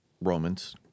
Romans